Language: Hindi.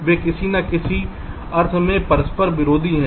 वे किसी न किसी अर्थ में परस्पर विरोधी हैं